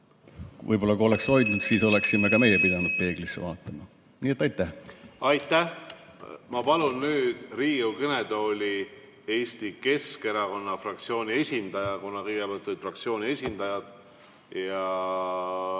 võib-olla, kui oleksime hoidnud, siis oleksime ka meie pidanud peeglisse vaatama. Aitäh! Aitäh! Ma palun nüüd Riigikogu kõnetooli Eesti Keskerakonna fraktsiooni esindaja, kuna kõigepealt olid fraktsiooni esindajad.